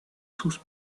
sus